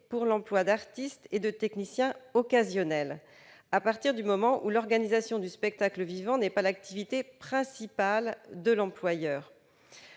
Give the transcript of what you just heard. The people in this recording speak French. pour l'emploi d'artistes et de techniciens occasionnels dès lors que l'organisation du spectacle vivant n'est pas l'activité principale de l'employeur.